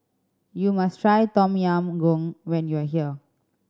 you must try Tom Yam Goong when you are here